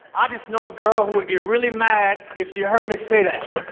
i just know a girl who would get really mad if she heard me say that